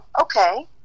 okay